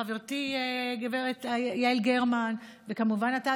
חברתי יעל גרמן וכמובן אתה,